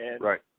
Right